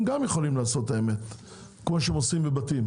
הם יכולים לעשות גם במכרזים כמו שהם עושים בבתים,